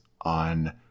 on